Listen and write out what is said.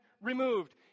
removed